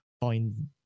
find